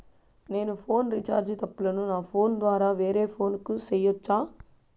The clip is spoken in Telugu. నేను ఫోను రీచార్జి తప్పులను నా ఫోను ద్వారా వేరే ఫోను కు సేయొచ్చా?